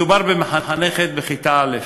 מדובר במחנכת בכיתה א'